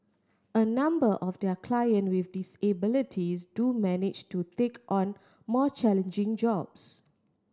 a number of their client with disabilities do manage to take on more challenging jobs